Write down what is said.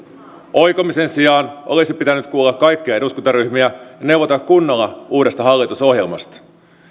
oikomisen sijaan olisi pitänyt kuulla kaikkia eduskuntaryhmiä ja neuvotella kunnolla uudesta hallitusohjelmasta